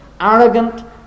arrogant